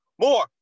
more